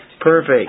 perfect